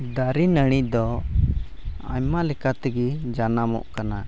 ᱫᱟᱨᱮ ᱱᱟᱹᱲᱤ ᱫᱚ ᱟᱭᱢᱟ ᱞᱮᱠᱟ ᱛᱮᱜᱮ ᱡᱟᱱᱟᱢᱚᱜ ᱠᱟᱱᱟ